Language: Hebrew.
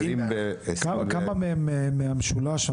כמה מהם מהמשולש,